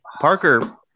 Parker